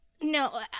No